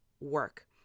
work